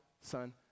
Son